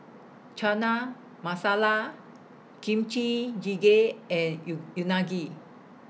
Chana Masala Kimchi Jjigae and YOU Unagi